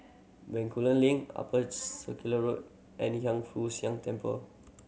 Bencoolen Link Upper Circular Road and Hiang Foo Siang Temple